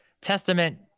testament